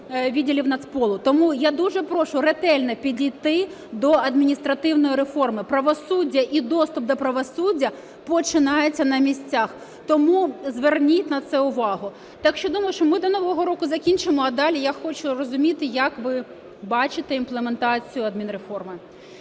відділів Нацполу. Тому я дуже прошу ретельно підійти до адміністративної реформи. Правосуддя і доступ до правосуддя починається на місцях, тому зверніть на це увагу. Так що думаю, що ми до нового року закінчимо. А далі я хочу розуміти, як ви бачите імплементацію адмінреформи.